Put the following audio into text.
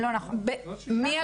מ-2017.